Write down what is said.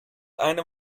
eine